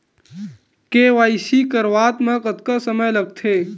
KYC करवात म कतका समय लगथे?